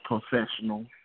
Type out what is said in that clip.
professional